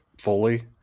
fully